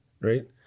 right